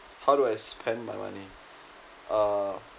how do I spend my money uh